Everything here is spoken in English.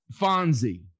Fonzie